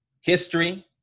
history